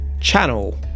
Channel